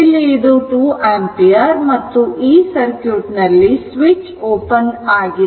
ಇಲ್ಲಿ ಇದು 2 ಆಂಪಿಯರ್ ಮತ್ತು ಈ ಸರ್ಕ್ಯೂಟ್ ನಲ್ಲಿ ಸ್ವಿಚ್ ಓಪನ್ ಆಗಿದೆ